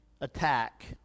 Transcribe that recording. attack